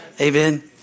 amen